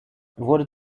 wurde